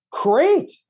Great